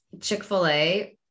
Chick-fil-A